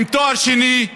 עם תואר שני,